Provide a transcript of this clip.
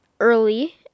early